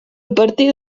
partir